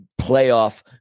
playoff